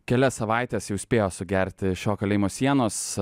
kelias savaites jau spėjo sugerti šio kalėjimo sienos